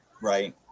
Right